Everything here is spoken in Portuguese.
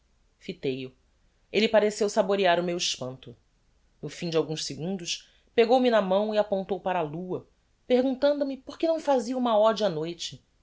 fitei o elle pareceu saborear o meu espanto no fim de alguns segundos pegou-me na mão e apontou para a lua perguntando me porque não fazia uma ode á noite